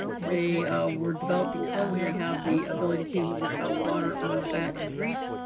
they were developed because they have the ability to repel water, oil, fat and grease.